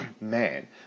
man